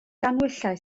ganhwyllau